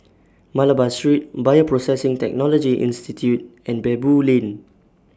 Malabar Street Bioprocessing Technology Institute and Baboo Lane